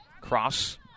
Cross